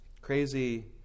crazy